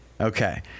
Okay